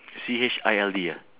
C H I L D ah